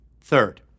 Third